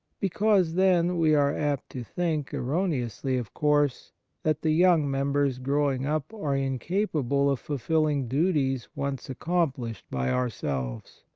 because then we are apt to think errone ously, of course that the young members growing up are incapable of fulfilling duties once accomplished by ourselves.